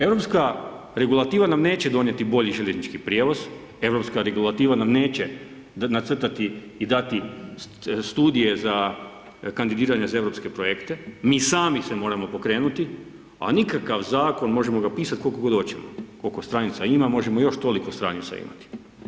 Europska regulativa nam neće donijeti bolji željeznički prijevoz, Europska regulativa nam neće nacrtati i dati studije za kandidiranja za europske projekte, mi sami se moramo pokrenuti a nikakav zakon, možemo ga pisati koliko god hoćemo, koliko stranica ima možemo još toliko stranica imati.